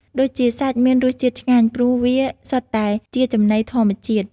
ដូចជាសាច់មានរសជាតិឆ្ងាញ់ ព្រោះវាសុទ្ធតែជាចំណីធម្មជាតិ។